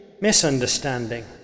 misunderstanding